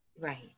Right